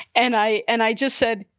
and i and i just said,